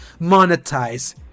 monetize